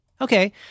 okay